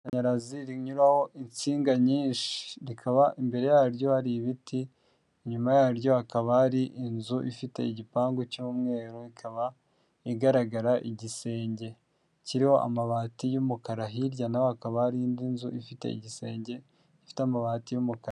Amashanyarazi rinyuraho insinga nyinshi rikaba imbere yaryo hari ibiti, inyuma yaryo hakaba hari inzu ifite igipangu cy'umweru, ikaba igaragara igisenge kiriho amabati y'umukara, hirya naho akaba hari indi nzu ifite igisenge gifite amabati y'umukara.